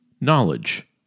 Knowledge